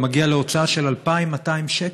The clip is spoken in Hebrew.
אתה מגיע להוצאה של 2,200 שקל.